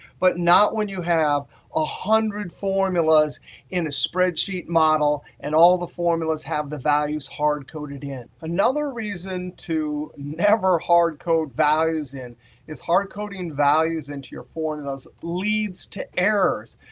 but not when you have a hundred formulas in a spreadsheet model and all the formulas have the values hardcoded in. another reason to never hardcode values in is hardcoding values into your formulas leads to errors.